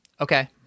okay